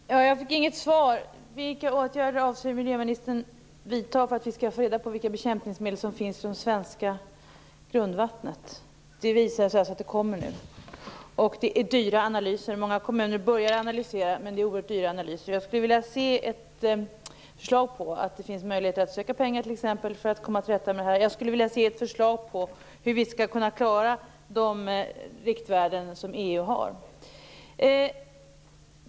Herr talman! Jag fick inget svar på frågan om vilka åtgärder miljöministern avser att vidta för att vi skall få reda på vilka bekämpningsmedel som finns i det svenska grundvattnet. Det visar sig att det kommer nu. Många kommuner börjar analysera, men det är oerhört dyra analyser. Jag skulle vilja se ett förslag till ett system där man kan söka pengar för att komma till rätta med detta. Jag skulle vilja se ett förslag till hur vi skall kunna klara de riktvärden som EU har.